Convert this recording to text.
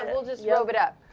we'll just robe it up.